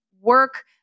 work